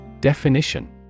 Definition